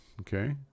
Okay